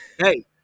Hey